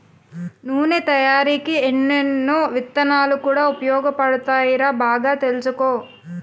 నూనె తయారికీ ఎన్నో విత్తనాలు కూడా ఉపయోగపడతాయిరా బాగా తెలుసుకో